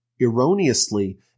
erroneously